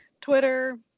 twitter